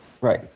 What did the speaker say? Right